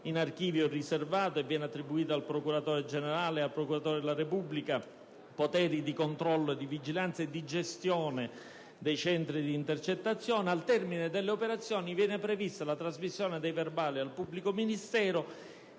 in archivio riservato; vengono attribuiti al procuratore generale e al procuratore della Repubblica poteri di controllo, vigilanza e gestione dei centri di intercettazione; al termine delle operazioni si prevede la trasmissione dei verbali al pubblico ministero,